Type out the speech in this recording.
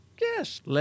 Yes